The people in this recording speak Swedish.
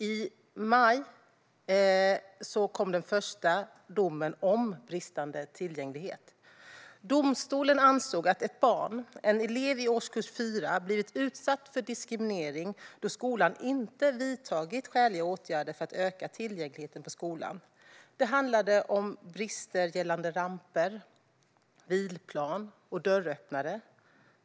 I maj kom den första domen om bristande tillgänglighet. Domstolen ansåg att en elev i årskurs 4 blivit utsatt för diskriminering då skolan inte vidtagit skäliga åtgärder för att öka tillgängligheten på skolan. Det handlade om brister gällande ramper, vilplan och dörröppnare.